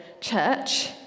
church